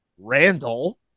Randall